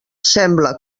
sembla